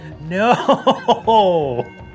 No